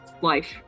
life